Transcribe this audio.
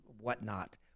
whatnot